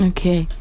Okay